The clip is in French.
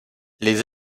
les